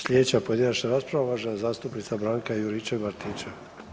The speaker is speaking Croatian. Slijedeća pojedinačna rasprava uvažena zastupnica Branka Juričev-Martinčev.